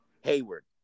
Hayward